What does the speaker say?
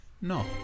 no